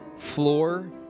Floor